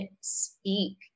speak